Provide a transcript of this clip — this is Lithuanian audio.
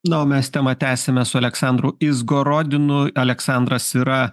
na o mes temą tęsiame su aleksandru izgorodinu aleksandras yra